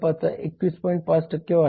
5 वाटा आहे